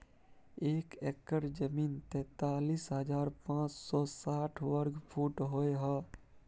एक एकड़ जमीन तैंतालीस हजार पांच सौ साठ वर्ग फुट होय हय